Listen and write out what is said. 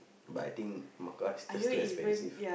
but I think Mecca is just too expensive